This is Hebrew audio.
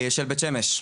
של בית שמש,